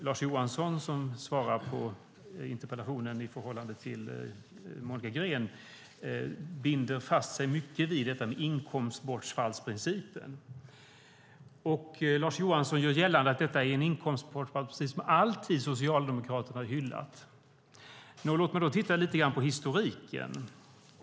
Lars Johansson, som svarar på interpellationen i stället för Monica Green, binder fast sig vid inkomstbortfallsprincipen och gör gällande att detta är en princip som Socialdemokraterna alltid hyllat. Låt mig titta lite på historiken!